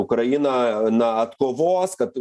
ukrain na atkovos kad